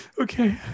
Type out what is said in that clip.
Okay